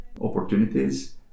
opportunities